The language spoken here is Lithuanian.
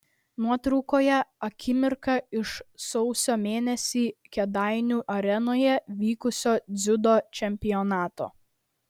nuotraukoje akimirka iš sausio mėnesį kėdainių arenoje vykusio dziudo čempionato